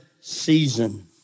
season